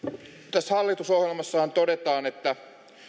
tässä hallitusohjelmassahan todetaan että